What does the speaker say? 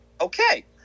Okay